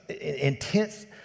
intense